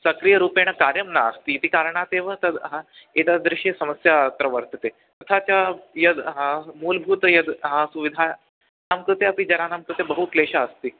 सक्रियरूपेण कार्यं नास्तीति कारणादेव तद् हा एतादृशी समस्या अत्र वर्तते तथा च यद् हा मूलभूतं यद् हा सुविधानां कृते अपि जनानां कृते बहुक्लेशः अस्ति